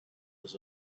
his